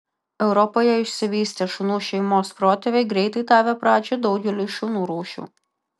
europoje išsivystė šunų šeimos protėviai greitai davę pradžią daugeliui šunų rūšių